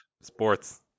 Sports